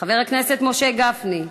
חבר הכנסת משה גפני,